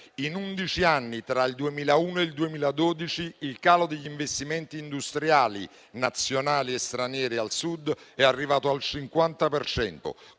undici anni, tra il 2001 e il 2012, il calo degli investimenti industriali nazionali e stranieri al Sud è arrivato al 50